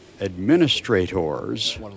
Administrators